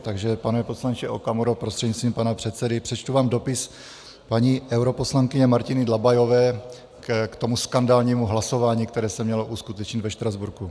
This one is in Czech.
Takže pane poslanče Okamuro prostřednictvím pana předsedy, přečtu vám dopis paní europoslankyně Martiny Dlabajové k tomu skandálnímu hlasování, které se mělo uskutečnit ve Štrasburku.